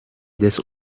des